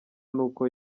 nuko